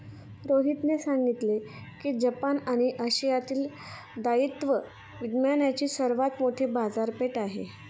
रोहितने सांगितले की जपान ही आशियातील दायित्व विम्याची सर्वात मोठी बाजारपेठ आहे